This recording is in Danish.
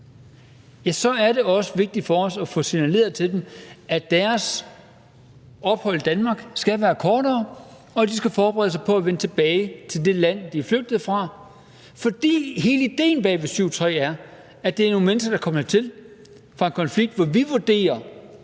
så er det også vigtigt for os at få signaleret til dem, at deres ophold i Danmark skal være kortere, og at de skal forberede sig på at vende tilbage til det land, de er flygtet fra. For hele idéen bag § 7, stk. 3, er, at den er til nogle mennesker, der er kommet hertil fra en konflikt, som vi vurderer